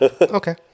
Okay